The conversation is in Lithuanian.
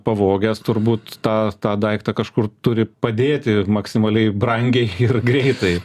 pavogęs turbūt tą tą daiktą kažkur turi padėti maksimaliai brangiai ir greitai